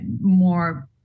more